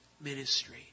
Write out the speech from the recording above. ministry